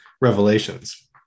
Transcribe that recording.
Revelations